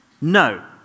No